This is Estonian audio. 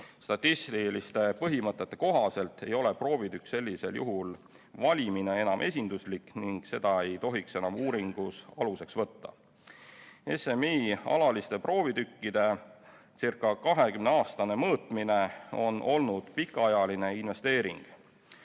Statistiliste põhimõtete kohaselt ei ole proovitükk sellisel juhul valimina enam esinduslik ning seda ei tohiks enam uuringus aluseks võtta. SMI alaliste proovitükkideca20-aastane mõõtmine on olnud pikaajaline investeering,